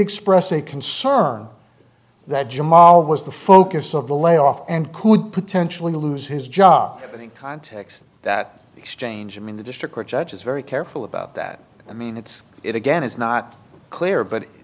express a concern that jamal was the focus of the layoff and could potentially lose his job opening context that exchange i mean the district court judge is very careful about that i mean it's it again it's not clear but